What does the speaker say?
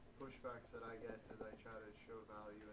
pushbacks that i got as i try to show value